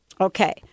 Okay